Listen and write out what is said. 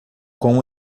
com